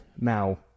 now